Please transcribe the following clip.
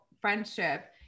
friendship